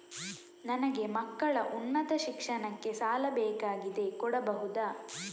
ನನಗೆ ಮಕ್ಕಳ ಉನ್ನತ ಶಿಕ್ಷಣಕ್ಕೆ ಸಾಲ ಬೇಕಾಗಿದೆ ಕೊಡಬಹುದ?